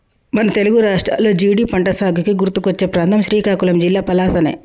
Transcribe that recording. మన తెలుగు రాష్ట్రాల్లో జీడి పంటసాగుకి గుర్తుకొచ్చే ప్రాంతం శ్రీకాకుళం జిల్లా పలాసనే